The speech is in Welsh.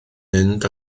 mynd